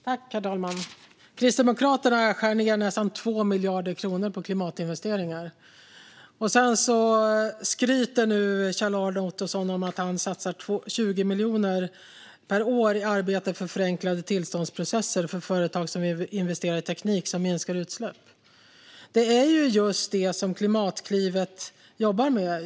Herr talman! Kristdemokraterna skär ned nästan 2 miljarder kronor på klimatinvesteringar. Och nu skryter Kjell-Arne Ottosson med att de satsar 20 miljoner per år på arbete för förenklade tillståndsprocesser för företag som vill investera i teknik som minskar utsläpp. Det är just det som Klimatklivet jobbar med.